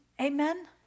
Amen